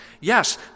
yes